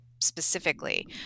specifically